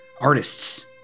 Artists